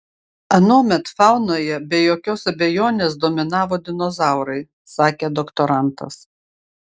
anuomet faunoje be jokios abejonės dominavo dinozaurai sakė doktorantas